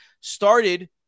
started